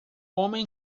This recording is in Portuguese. homem